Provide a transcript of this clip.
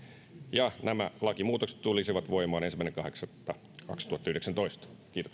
ja nämä lakimuutokset tulisivat voimaan ensimmäinen kahdeksatta kaksituhattayhdeksäntoista